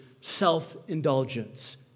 self-indulgence